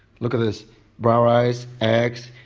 look at this brown rice, eggs,